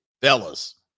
fellas